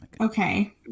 Okay